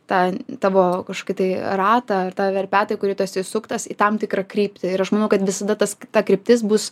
tą tavo kažkokį tai ratą ar tą verpetą į kurį tu esi įsuktas į tam tikrą kryptį ir aš manau kad visada tas ta kryptis bus